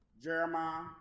Jeremiah